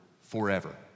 forever